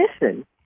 listen